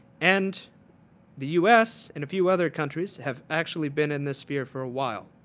and the u s. and a few other countries have actually been in the sphere for a while.